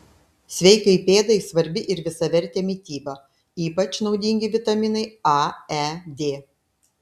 sveikai pėdai svarbi ir visavertė mityba ypač naudingi vitaminai a e d